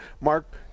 Mark